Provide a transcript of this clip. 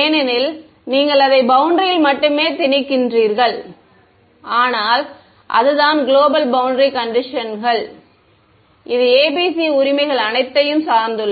ஏனெனில் நீங்கள் அதை பௌண்டரில் மட்டுமே திணிக்கிறீர்கள் ஆனால் அதுதான் குளோபல் பௌண்டரி கண்டிஷன்கள் இது ABC உரிமைகள் அனைத்தையும் சார்ந்துள்ளது